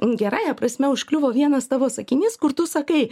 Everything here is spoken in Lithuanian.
gerąja prasme užkliuvo vienas tavo sakinys kur tu sakai